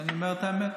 שאני אומר את האמת.